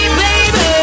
baby